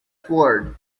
sword